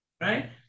right